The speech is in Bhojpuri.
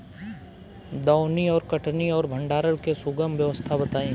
दौनी और कटनी और भंडारण के सुगम व्यवस्था बताई?